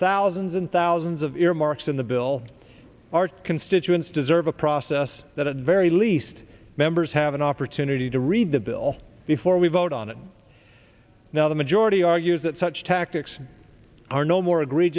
thousands and thousands of earmarks in the bill our constituents deserve a process that at very least members have an opportunity to read the bill before we vote on it now the majority argues that such tactics are no more